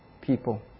people